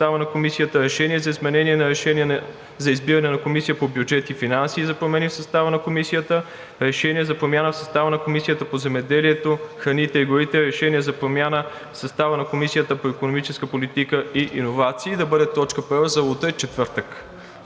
Решение за изменение на Решение за избиране на Комисия по бюджет и финанси и за промени в състава на Комисията, Решение за промяна в състава на Комисията по земеделието, храните и горите и Решение за промяна в състава на Комисията по икономическа политика и иновации да бъде точка първа за утре, четвъртък.